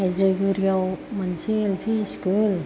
हाइज्रागुरियाव मोनसे एलफि स्कुल